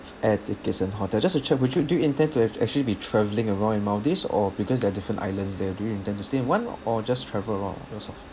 air tickets and hotel just to check would you do you intend to a~ actually be travelling around in maldives or because there are different islands there do you intend to stay in one or just travel around yourself